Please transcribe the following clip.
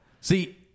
See